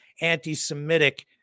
anti-Semitic